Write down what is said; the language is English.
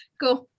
cool